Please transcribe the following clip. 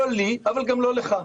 לא לי אבל גם לא לך.